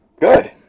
good